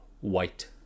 white